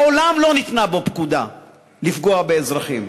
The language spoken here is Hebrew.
מעולם לא ניתנה בו פקודה לפגוע באזרחים,